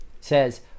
says